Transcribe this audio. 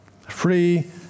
Free